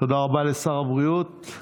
תודה רבה לשר הבריאות.